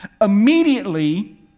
Immediately